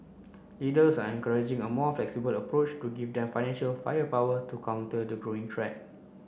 leaders are encouraging a more flexible approach to give them financial firepower to counter the growing threat